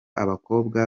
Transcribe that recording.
abakobwa